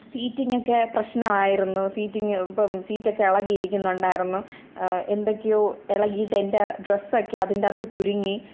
സീറ്റിങ്ങൊക്കെ പ്രശ്നം ആയിരുന്നു സീറ്റിങ്ങ് ഇപ്പം സീറ്റൊക്കെ ഇളകി ഇരിക്കുന്നുണ്ടായിരുന്നു എന്തൊക്കെയോ ഇളകിയിട്ട് എൻ്റെ ഡ്രസ്സൊക്കെ അതിൻ്റെ അകത്ത് കുരുങ്ങി